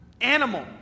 animal